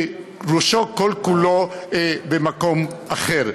שראשו כל כולו במקום אחר.